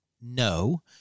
no